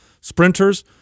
sprinters